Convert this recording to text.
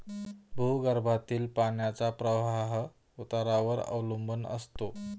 भूगर्भातील पाण्याचा प्रवाह उतारावर अवलंबून असतो